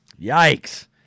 Yikes